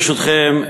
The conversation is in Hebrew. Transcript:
ברשותכם,